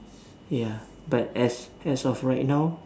ya but as as of right now